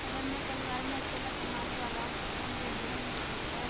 अगर मैं परिवार में अकेला कमाने वाला हूँ तो क्या मुझे ऋण मिल सकता है?